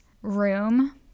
room